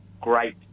great